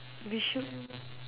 we should